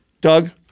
Doug